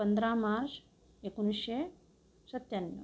पंधरा मार्च एकोणीसशे सत्त्याण्णव